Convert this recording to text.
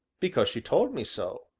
because she told me so.